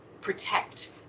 protect